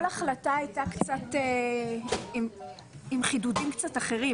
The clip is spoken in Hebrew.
כל החלטה הייתה קצת עם חידודים אחרים.